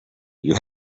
you